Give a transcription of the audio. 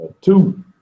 Two